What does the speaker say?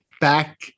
back